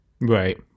Right